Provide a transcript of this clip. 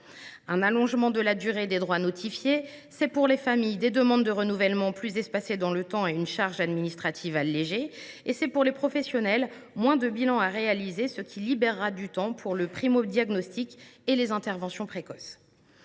Un allongement de la durée des droits notifiés, pour les familles, ce sont des demandes de renouvellement plus espacées dans le temps et une charge administrative allégée ; pour les professionnels, ce sont moins de bilans à réaliser, ce qui libérera du temps pour le primodiagnostic et les interventions précoces.